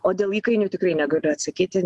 o dėl įkainių tikrai negaliu atsakyti